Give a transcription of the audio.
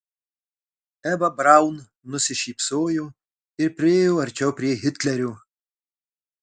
eva braun nusišypsojo ir priėjo arčiau prie hitlerio